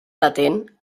latent